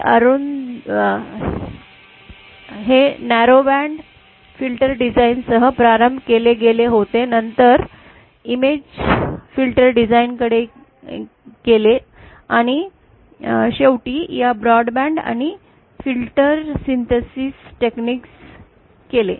हे अरुंद band filter design सह प्रारंभ केले गेले होते नंतर इमिज फिल्टर डिझाइन कडे केले आणि शेवटी या ब्रॉडबँड आणि फिल्टर संश्लेषण तंत्रात केले